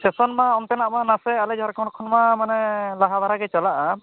session ᱢᱟ ᱚᱱᱛᱮᱱᱟᱜ ᱢᱟ ᱱᱟᱥᱮ ᱟᱞᱮ ᱡᱷᱟᱲᱠᱷᱚᱸᱰ ᱠᱷᱚᱱ ᱢᱟ ᱞᱟᱦᱟ ᱫᱷᱟᱨᱟ ᱜᱮ ᱪᱟᱞᱟᱜᱼᱟ